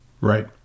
right